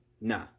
nah